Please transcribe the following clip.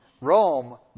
Rome